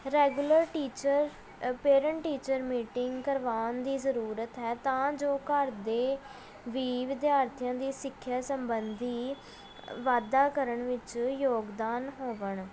regular teacher parent teacher meeting ਕਰਵਾਉਣ ਦੀ ਜ਼ਰੂਰਤ ਹੈ ਤਾਂ ਜੋ ਘਰ ਦੇ ਵੀ ਵਿਦਿਆਰਥੀਆਂ ਦੀ ਸਿੱਖਿਆ ਸਬੰਧੀ ਵਾਧਾ ਕਰਨ ਵਿੱਚ ਯੋਗਦਾਨ ਹੋਵਣ